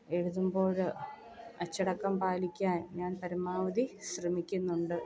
എഴുതുമ്പോൾ അച്ചടക്കം പാലിക്കാൻ ഞാൻ പരമാവധി ശ്രമിക്കുന്നുണ്ട്